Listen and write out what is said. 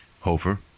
Hofer